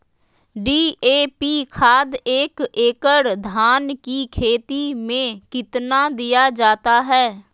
DAP खाद एक एकड़ धान की खेती में कितना दीया जाता है?